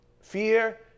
Fear